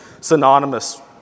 synonymous